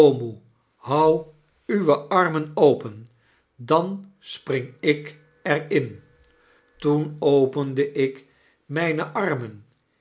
hou uw armen open dan spring ik er in toen opende ik myne armen